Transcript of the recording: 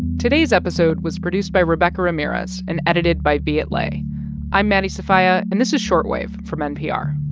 today's episode was produced by rebecca ramirez and edited by viet le i'm maddie sofia, and this is short wave from npr.